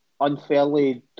unfairly